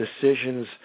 decisions